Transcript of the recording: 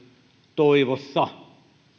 toivossa